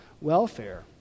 welfare